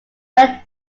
word